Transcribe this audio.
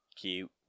Cute